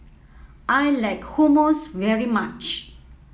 I like Hummus very much